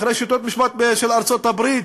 אחרי שיטות משפט של ארצות-הברית,